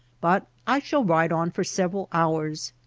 but i shall ride on for several hours.